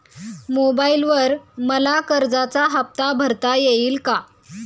मोबाइलवर मला कर्जाचा हफ्ता भरता येईल का?